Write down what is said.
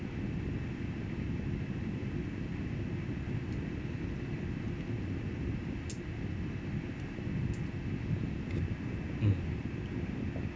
mm